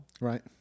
Right